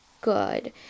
good